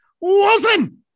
wilson